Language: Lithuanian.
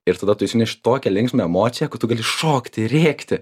ir tada tu išsineši tokią linksmą emociją kad tu gali šokti rėkti